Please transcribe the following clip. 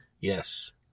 Yes